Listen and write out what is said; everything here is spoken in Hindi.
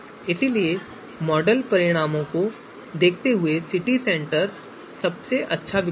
इसलिए मॉडल परिणामों को देखते हुए सिटी सेंटर सबसे अच्छा विकल्प है